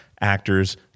actors